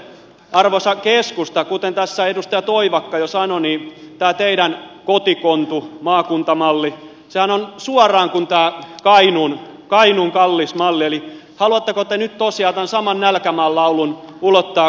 mutta sitten arvoisa keskusta kuten tässä edustaja toivakka jo sanoi tämä teidän kotikontumaakunta mallinnehan on kuin suoraan tämä kainuun kallis malli eli haluatteko te nyt tosiaan tämän saman nälkämaan laulun ulottaa koko suomeen